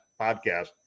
podcast